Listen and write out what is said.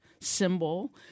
symbol